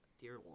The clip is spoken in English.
Dear